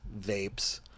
vapes